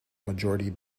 majority